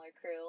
crew